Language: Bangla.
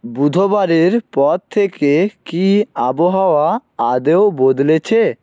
বুধবারের পর থেকে কি আবহাওয়া আদৌ বদলেছে